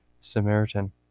Samaritan